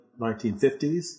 1950s